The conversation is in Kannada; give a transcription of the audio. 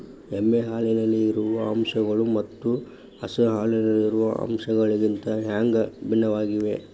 ಎಮ್ಮೆ ಹಾಲಿನಲ್ಲಿರುವ ಅಂಶಗಳು ಮತ್ತ ಹಸು ಹಾಲಿನಲ್ಲಿರುವ ಅಂಶಗಳಿಗಿಂತ ಹ್ಯಾಂಗ ಭಿನ್ನವಾಗಿವೆ?